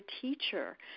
teacher